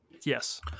yes